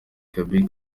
gaby